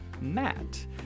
matt